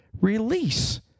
release